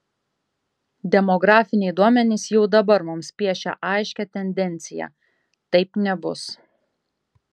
demografiniai duomenys jau dabar mums piešia aiškią tendenciją taip nebus